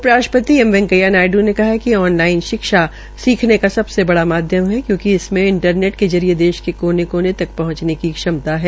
उपराष्ट्रपति एम वैकेंया नायड् ने कहा है कि ऑन लाइन शिक्षा सीखने का सबसे बड़ा माध्यम है कयूंकि इसमें इंटरनेट के जरिये देश के कोने कोने तक पहंचने की क्षमता है